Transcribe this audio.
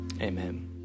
Amen